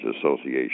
Association